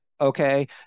okay